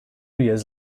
years